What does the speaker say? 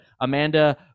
Amanda